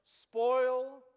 spoil